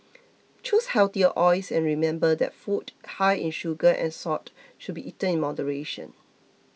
choose healthier oils and remember that food high in sugar and salt should be eaten in moderation